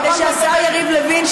כדי שהשר יריב לוין,